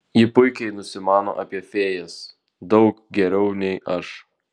ji puikiai nusimano apie fėjas daug geriau nei aš